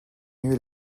venus